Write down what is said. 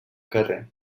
carrer